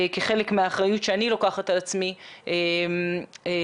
כחלק מהאחריות שאני לוקחת על עצמי לא רק